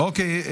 אוקיי.